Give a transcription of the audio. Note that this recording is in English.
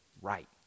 right